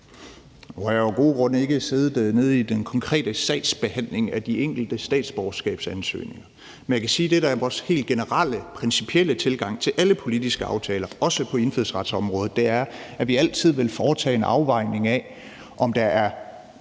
Nu har jeg jo af gode grunde ikke været nede i den konkrete sagsbehandling af de enkelte statsborgerskabsansøgninger, men jeg kan sige, at det, der er vores helt generelle, principielle tilgang til alle politiske aftaler, også på indfødsretsområdet, er, at vi altid vil foretage en afvejning af, om der er